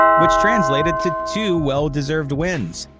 which translated to two well-deserved wins.